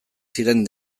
ziren